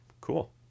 cool